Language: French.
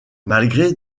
malgré